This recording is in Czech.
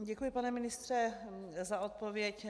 Děkuji, pane ministře, za odpověď.